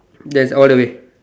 that's all the way